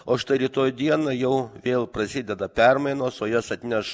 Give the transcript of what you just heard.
o štai rytoj dieną jau vėl prasideda permainos o jas atneš